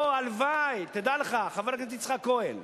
פה, הלוואי, תדע לך, חבר הכנסת יצחק כהן,